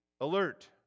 alert